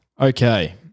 Okay